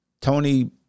Tony